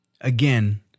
again